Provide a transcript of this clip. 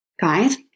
Guys